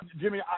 Jimmy